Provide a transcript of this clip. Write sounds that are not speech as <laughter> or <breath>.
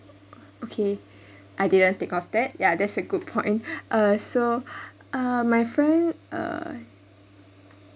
okay I didn't think of that ya that's a good point <breath> uh so <breath> uh my friend uh